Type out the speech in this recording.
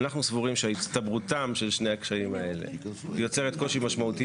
אנחנו סבורים שהצטברותם של שני הקשיים האלה יוצרת קושי משמעותי